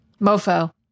mofo